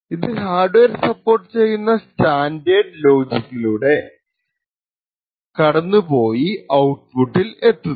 ഇത് hardware support ചെയ്യുന്ന standard ലോജിക്കിലൂടെ കടന്നുപോയി ഔട്പുട്ടിൽ എത്തുന്നു